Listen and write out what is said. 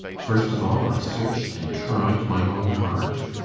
first of all, i searched and tried my own heart